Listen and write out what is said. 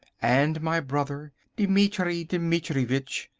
and my brother, dimitri dimitrivitch,